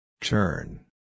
Turn